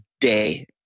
day